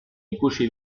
ikusi